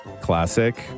Classic